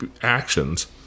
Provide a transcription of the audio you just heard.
actions